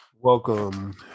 Welcome